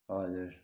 हजुर